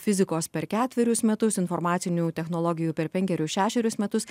fizikos per ketverius metus informacinių technologijų per penkerius šešerius metus